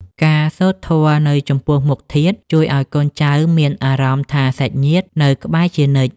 ការសូត្រធម៌នៅចំពោះមុខធាតុ ជួយឱ្យកូនចៅមានអារម្មណ៍ថាសាច់ញាតិនៅក្បែរជានិច្ច។